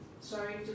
sorry